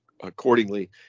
accordingly